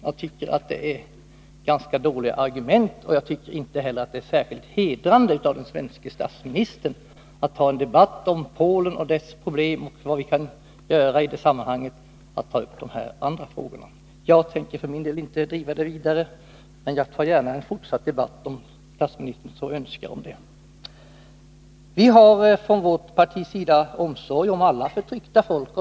Jag tycker att det är ganska dåliga argument som anförts. Jag tycker inte heller att det är särskilt hedrande för den svenske statsministern att ta upp en debatt om Polen och dess problem och vad vi kan göra i det sammanhanget i stället för att diskutera de andra frågorna. Jag tänker för min del inte driva frågan vidare, men jag tar gärna en fortsatt debatt om detta om statsministern så önskar. Vi har från vårt partis sida omsorg om alla förtryckta folk.